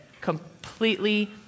completely